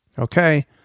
Okay